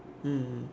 mm